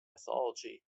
mythology